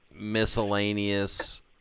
miscellaneous